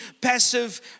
passive